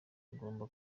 agomba